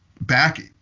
back